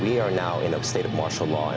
we are now in a state of martial law